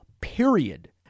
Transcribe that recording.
period